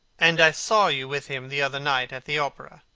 and i saw you with him the other night at the opera.